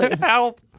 Help